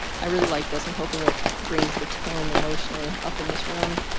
i really like this, i'm hoping it brings the tone emotionally up in this room,